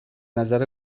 نظر